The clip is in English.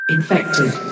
Infected